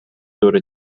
دور